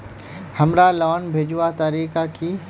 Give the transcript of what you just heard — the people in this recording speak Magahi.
हमार लोन भेजुआ तारीख की?